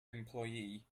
employee